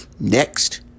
next